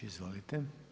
Izvolite.